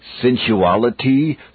sensuality